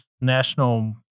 National